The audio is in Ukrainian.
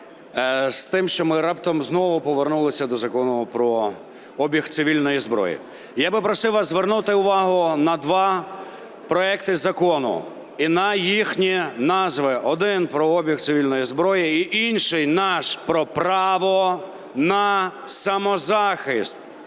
з тим, що ми раптом знову повернулися до Закону про обіг цивільної зброї. Я би просив вас звернути увагу на два проекти закону і на їхні назви: один – про обіг цивільної зброї і інший наш – про право на самозахист